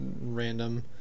random